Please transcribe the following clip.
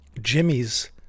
Jimmy's